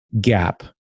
gap